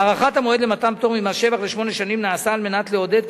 הארכת המועד למתן פטור ממס שבח לשמונה שנים נעשתה כדי לעודד,